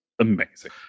amazing